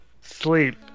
sleep